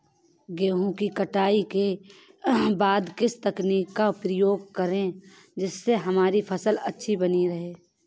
गेहूँ की कटाई के बाद किस तकनीक का उपयोग करें जिससे हमारी फसल अच्छी बनी रहे?